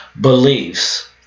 beliefs